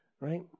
Right